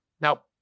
Now